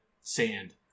sand